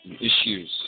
issues